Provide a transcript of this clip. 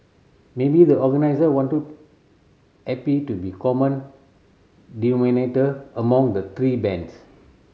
maybe the organiser wanted to happy to be common denominator among the three bands